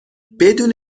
بدون